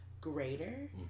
greater